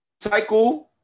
Cycle